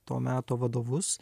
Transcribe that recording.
to meto vadovus